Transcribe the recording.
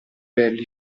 belli